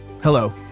Hello